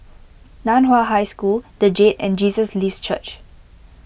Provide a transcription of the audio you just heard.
Nan Hua High School the Jade and Jesus Lives Church